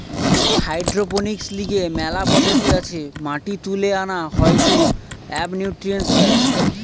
hydroponics লিগে মেলা পদ্ধতি আছে মাটি তুলে আনা হয়ঢু এবনিউট্রিয়েন্টস দেয়